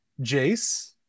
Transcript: Jace